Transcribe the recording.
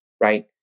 right